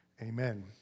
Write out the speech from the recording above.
amen